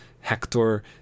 Hector